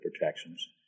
protections